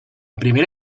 primera